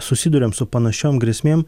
susiduriam su panašiom grėsmėm